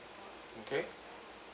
okay